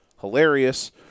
hilarious